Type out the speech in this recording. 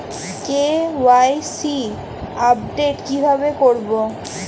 KYC update কিভাবে করবো?